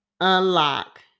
unlock